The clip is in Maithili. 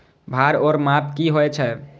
भार ओर माप की होय छै?